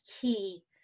key